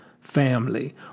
family